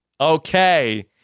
okay